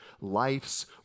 life's